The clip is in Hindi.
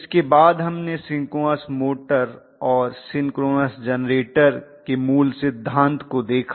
इसके बाद हमने सिंक्रोनस मोटर और सिंक्रोनस जेनरेटर के मूल सिद्धांत को देखा